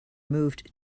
moved